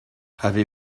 avez